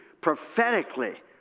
prophetically